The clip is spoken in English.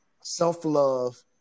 self-love